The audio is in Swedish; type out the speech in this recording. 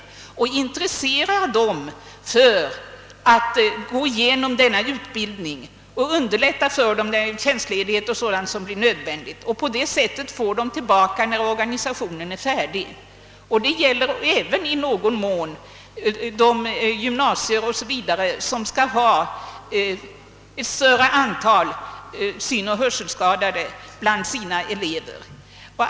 Det gäller att intressera lärarna för att gå igenom denna utbildning och underlätta för dem med tjänstledighet och sådant som kan bli nödvändigt. På så sätt kan skolledarna få lärarna tillbaka när organisationen är färdig. Detsamma gäller även i någon mån de gymnasier och andra skolor som skall ha ett större antal synoch hörselskadade bland sina elever.